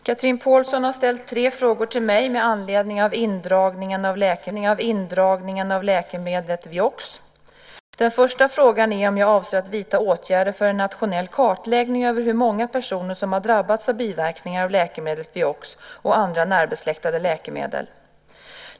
Herr talman! Chatrine Pålsson har ställt tre frågor till mig med anledning av indragningen av läkemedlet Vioxx. Den första frågan är om jag avser att vidta åtgärder för en nationell kartläggning över hur många personer som har drabbats av biverkningar av läkemedlet Vioxx och andra närbesläktade läkemedel.